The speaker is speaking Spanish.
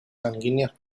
sanguíneos